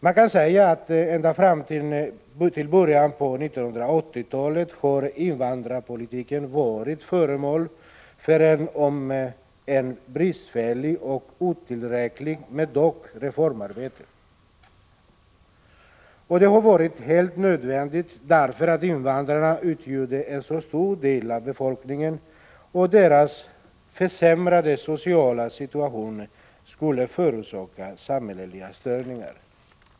Man kan säga att invandrarpolitiken ända fram till början av 1980-talet har varit föremål för ett reformarbete, om än bristfälligt. Det har varit helt nödvändigt, eftersom invandrarna utgjorde en så stor del av befolkningen och deras försämrade sociala situation skulle förorsaka samhälleliga störningar.